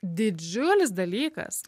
didžiulis dalykas